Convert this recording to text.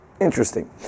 Interesting